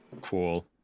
cool